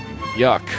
yuck